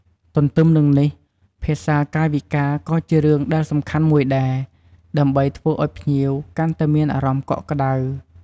ទន្ទឹមនឹងនេះ ភាសាកាយវិការ ក៏ជារឿងដែលសំខាន់មួយដែរ ដើម្បីធ្វើឲ្យភ្ញៀវកាន់តែមានអារម្មណ៍កក់ក្តៅ។